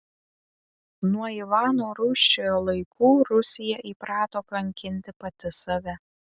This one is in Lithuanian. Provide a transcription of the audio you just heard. nuo ivano rūsčiojo laikų rusija įprato kankinti pati save